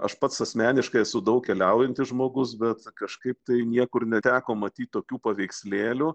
aš pats asmeniškai esu daug keliaujantis žmogus bet kažkaip tai niekur neteko matyt tokių paveikslėlių